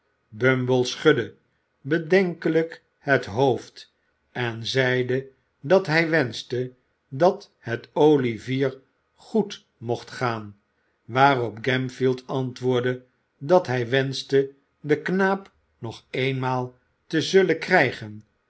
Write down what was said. bumble schudde bedenkelijk het hoofd en zeide dat hij wenschte dat het olivier goed mocht gaan waarop gamfield antwoordde dat hij wenschte den knaap nog eenmaal te zullen krijgen